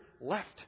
left